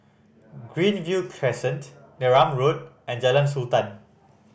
Greenview Crescent Neram Road and Jalan Sultan